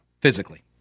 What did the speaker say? physically